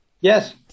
yes